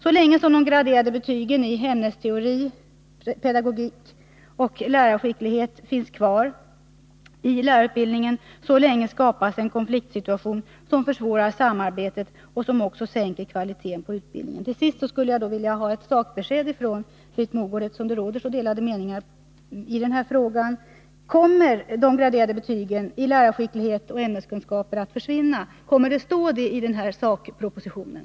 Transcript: Så länge de graderade betygen i ämnesteori, pedagogik och lärarskicklighet finns kvar i lärarutbildningen, så länge skapas en konfliktsituation som försvårar samarbetet och även sänker kvaliteten på utbildningen. Till sist skulle jag vilja ha ett sakbesked av Britt Mogård, eftersom det råder så delade meningar i den här frågan: Kommer de graderade betygen i lärarskicklighet och ämneskunskaper att försvinna? Kommer detta att stå i SAK-propositionen?